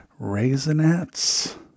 Raisinets